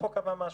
החוק קבע משהו.